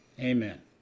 Amen